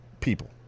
people